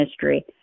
history